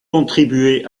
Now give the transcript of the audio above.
contribuer